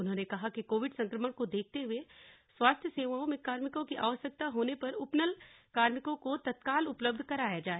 उन्होने कहा कि कोविड संक्रमण को देखते हुए स्वास्थ्य सेवाओं में कार्मिकों की आवश्यकता होने पर उपनल कार्मिकों को तत्काल उपलब्ध कराया जाए